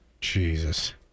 Jesus